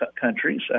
countries –